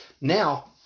now